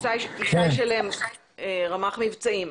ישי שלם, רמ"ח מבצעים.